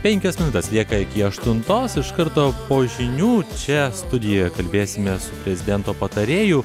penkios minutės lieka iki aštuntos iš karto po žinių čia studijoje kalbėsimės su prezidento patarėju